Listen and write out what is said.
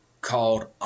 called